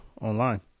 online